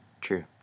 true